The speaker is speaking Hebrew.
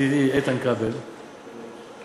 ידידי איתן כבל, בחקיקה,